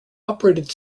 operated